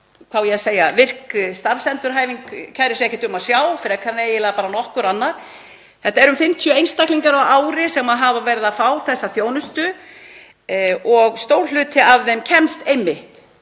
hvað á ég að segja, VIRK – starfsendurhæfing kærir sig ekkert um að sjá frekar en eiginlega nokkur annar. Þetta eru um 50 einstaklingar á ári sem hafa verið að fá þessa þjónustu og stór hluti af þeim kemst einmitt